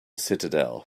citadel